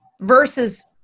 versus